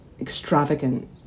extravagant